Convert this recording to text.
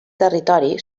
territori